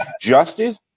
justice